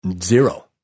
zero